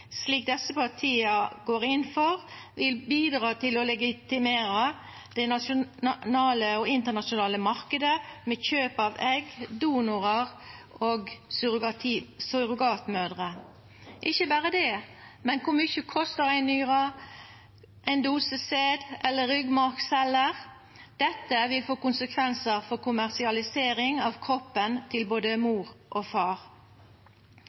slik desse partia går inn for, vil bidra til å legitimera den nasjonale og internasjonale marknaden med kjøp av egg, donorar og surrogatmødrer. Og ikkje berre det: Kor mykje kostar ei nyre, ein dose sæd eller ei ryggmargcelle? Dette vil få konsekvensar for kommersialisering av kroppen til både mor og far.